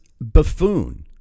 buffoon